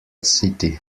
city